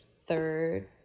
third